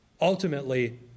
ultimately